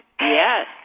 Yes